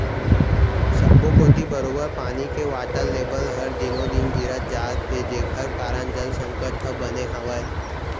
सब्बो कोती बरोबर पानी के वाटर लेबल हर दिनों दिन गिरत जात हे जेकर कारन जल संकट ह बने हावय